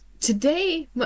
Today